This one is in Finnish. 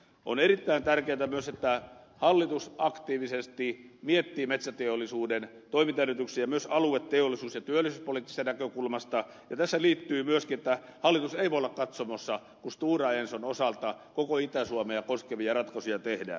on erittäin tärkeätä myös että hallitus aktiivisesti miettii metsäteollisuuden toimintaedellytyksiä myös alue teollisuus ja työllisyyspoliittisesta näkökulmasta ja tähän liittyy myöskin se että hallitus ei voi olla katsomossa kun stora enson osalta koko itä suomea koskevia ratkaisuja tehdään